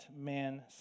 man